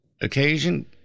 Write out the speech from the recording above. occasion